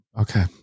Okay